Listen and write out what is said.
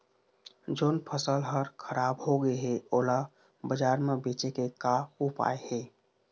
जोन फसल हर खराब हो गे हे, ओला बाजार म बेचे के का ऊपाय हे?